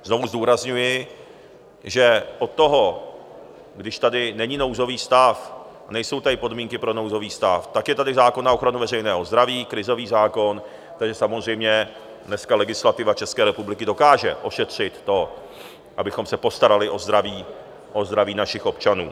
Znovu zdůrazňuji, že od toho, když tady není nouzový stav a nejsou tady podmínky pro nouzový stav, tak je tady zákon na ochranu veřejného zdraví, krizový zákon, takže samozřejmě dneska legislativa České republiky dokáže ošetřit to, abychom se postarali o zdraví našich občanů.